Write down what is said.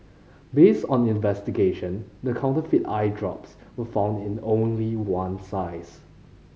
based on investigation the counterfeit eye drops were found in only one size